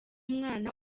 umwana